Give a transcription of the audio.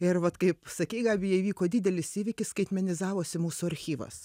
ir vat kaip sakei gabija įvyko didelis įvykis skaitmenizavosi mūsų archyvas